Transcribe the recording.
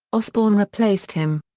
osbourne replaced him.